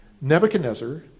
Nebuchadnezzar